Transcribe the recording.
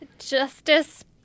Justice